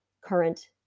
current